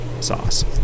Sauce